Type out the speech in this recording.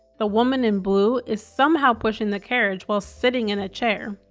the woman in blue is somehow pushing the carriage while sitting in a chair.